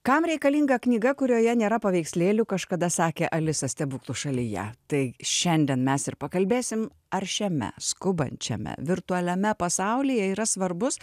kam reikalinga knyga kurioje nėra paveikslėlių kažkada sakė alisa stebuklų šalyje tai šiandien mes ir pakalbėsim ar šiame skubančiame virtualiame pasaulyje yra svarbus